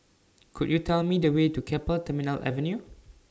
Could YOU Tell Me The Way to Keppel Terminal Avenue